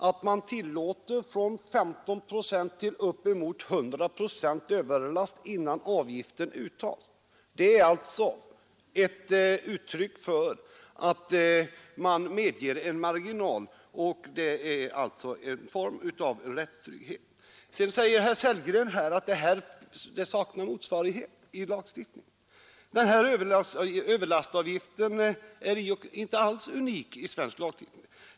Att man tillåter från 15 och upp emot 100 procents överlast innan överlastavgift uttas är ett uttryck för att man medger en marginal, och det innebär alltså en form av rättstrygghet. Herr Sellgren sade att bestämmelsen om överlastavgift saknar motsvarighet i lagstiftningen, men överlastavgiften är inte alls någonting unikt i svensk lagstiftning.